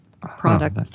product